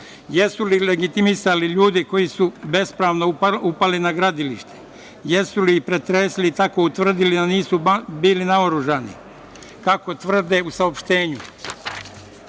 su legitimisani ljudi koji su bespravno upali na gradilište? Da li su ih pretresli i tako utvrdili da nisu bili naoružani, kako tvrde u saopštenju?